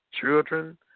children